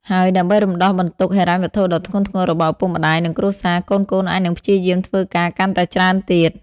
ហើយដើម្បីរំដោះបន្ទុកហិរញ្ញវត្ថុដ៏ធ្ងន់ធ្ងររបស់ឪពុកម្ដាយ និងគ្រួសារ កូនៗអាចនឹងព្យាយមធ្វើការកាន់តែច្រើនទៀត។